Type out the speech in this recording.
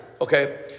okay